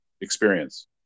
experience